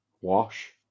wash